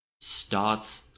start